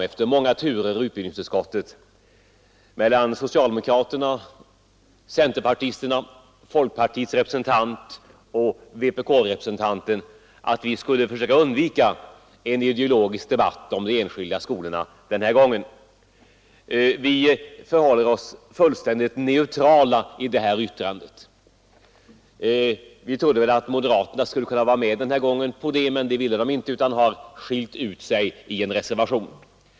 Efter många turer i utbildningsutskottet kom vi den här gången överens, socialdemokraterna, centerpartisterna, folkpartiets representant och vpkrepresentanten, att vi skulle försöka undvika en ideologisk debatt om de enskilda skolorna. Vi förhåller oss således fullständigt neutrala i betänkandet, och vi hoppades att moderaterna skulle kunna vara med på det, men det ville de inte utan har skilt sig ut i en reservation.